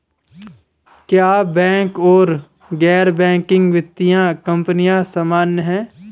क्या बैंक और गैर बैंकिंग वित्तीय कंपनियां समान हैं?